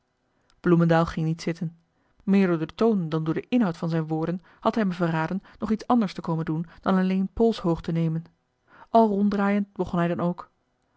bloemendael ging niet zitten meer door de toon dan door de inhoud van zijn woorden had hij me verraden nog iets anders te komen doen dan alleen poolshoogte nemen al ronddraaiend begon hij dan ook